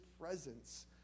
presence